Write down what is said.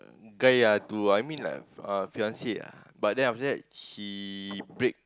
a guy ah to I mean like uh Fiancee ah but then after that she break